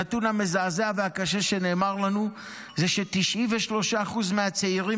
הנתון המזעזע והקשה שנאמר לנו זה ש-93% מהצעירים